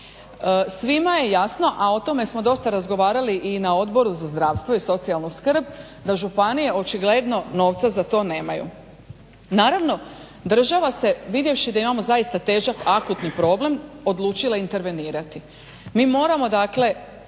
Svima je jasno, a o tome smo dosta razgovarali i na odboru za zdravstvo i socijalnu skrb, da županije očigledno novca za to nemaju. Naravno država se vidjevši da imamo zaista težak akutni problem odlučila intervenirati. Mi moramo dakle